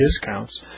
discounts